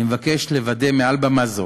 אני מבקש מעל במה זו